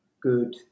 good